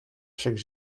chaque